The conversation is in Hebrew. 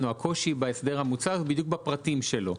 או הקושי בהסדר המוצע זה בדיוק בפרטים שלו.